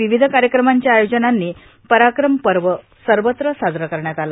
विविध कार्यक्रमांच्या आयोजनांनी पराक्रम पर्व सर्वत्र साजरे करण्यात आले